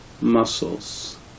Muscles